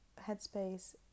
headspace